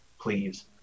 please